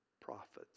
prophets